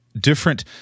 different